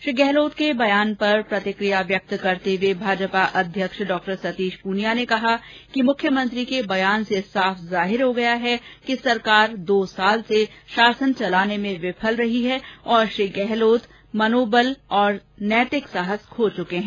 श्री गहलोत ने बयान पर प्रतिक्रिया जताते हुये भाजपा अध्यक्ष डॉ सतीश पूनिया ने कहा कि मुख्यमंत्री के बयान से साफ जाहिर हो गया कि सरकार दो साल से शासन चलाने में विफल रही है तथा श्री गहलोत मनोबल व नैतिक साहस खो चुके है